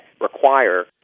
require